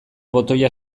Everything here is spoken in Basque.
botoia